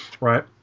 right